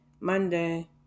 Monday